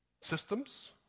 systems